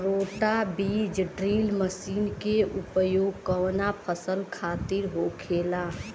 रोटा बिज drill machine के उपयोग कऊना फसल खातिर होखेला?